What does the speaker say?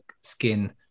skin